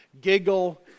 giggle